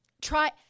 try